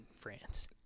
France